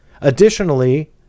Additionally